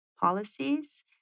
policies